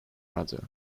another